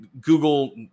Google